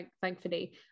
thankfully